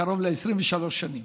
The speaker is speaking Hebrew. קרוב ל-23 שנים.